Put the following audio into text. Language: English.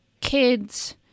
kids